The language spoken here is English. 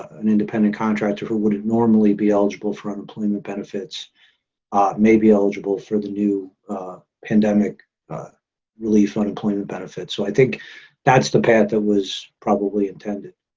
an independent contractor who would normally be eligible for unemployment benefits may be eligible for the new pandemic relief unemployment benefits. so i think that's the path that was probably intended.